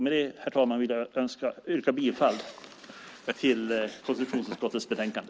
Med det, herr talman, vill jag yrka bifall till förslaget i konstitutionsutskottets betänkande.